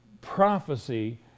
prophecy